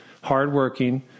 hardworking